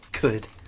Good